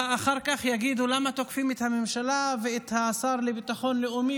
אחר כך יגידו: למה תוקפים את הממשלה ואת השר לביטחון לאומי